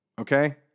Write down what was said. Okay